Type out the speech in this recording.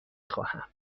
خواهم